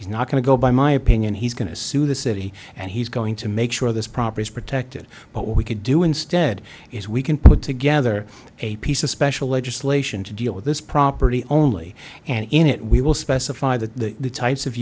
he's not going to go by my opinion he's going to sue the city and he's going to make sure this proper is protected but we could do instead is we can put together a piece of special legislation to deal with this property only and in it we will specify the types of